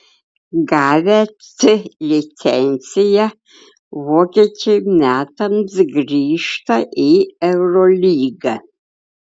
gavę c licenciją vokiečiai metams grįžta į eurolygą